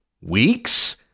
weeks